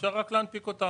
אפשר גם רק להנפיק אותן.